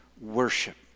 worship